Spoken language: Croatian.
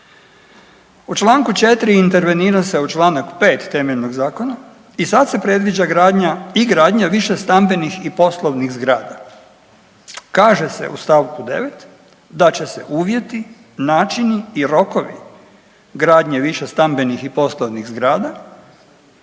U čl. 4. intervenira se u čl. 5. temeljnog zakona i sad se predviđa gradnja i gradnja višestambenih i poslovnih zgrada. Kaže se u st. 9. da će se uvjeti, načini i rokovi gradnje višestambenih i poslovnih zgrada